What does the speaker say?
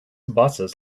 buses